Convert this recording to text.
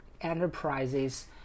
enterprises